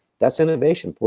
that's innovation.